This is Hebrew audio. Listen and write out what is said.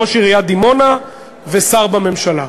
ראש עיריית דימונה ושר בממשלה.